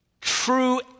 true